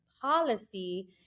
policy